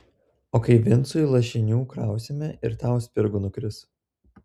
o kai vincui lašinių krausime ir tau spirgų nukris